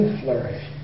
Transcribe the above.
flourish